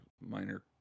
minor